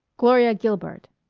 gloria gilbert.